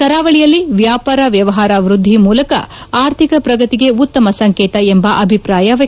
ಕರಾವಳಿಯಲ್ಲಿ ವ್ಯಾಪಾರ ವ್ಯವಹಾರ ವ್ಯದ್ದಿ ಮೂಲಕ ಆರ್ಥಿಕ ಪ್ರಗತಿಗೆ ಉತ್ತಮ ಸಂಕೇತ ಎಂಬ ಅಭಿಪ್ರಾಯ ವ್ವಕ್ತವಾಗಿದೆ